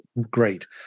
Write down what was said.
great